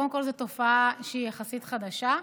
קודם כול זו תופעה שהיא יחסית חדשה,